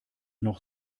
noch